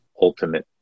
ultimate